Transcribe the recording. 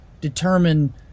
determine